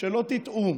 שלא תטעו,